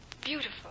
beautiful